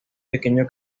pequeño